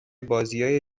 بازیای